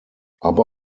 aber